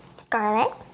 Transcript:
Scarlet